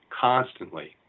constantly